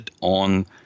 on